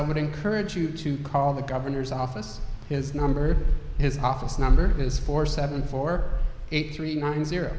i would encourage you to call the governor's office his number his office number is four seven four eight three nine zero